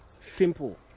Simple